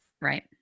right